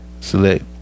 select